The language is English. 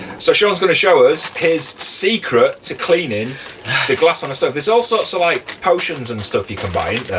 so shaun's going to show us his secret to cleaning the glass on the stove. there's all sorts of like potions and stuff you can buy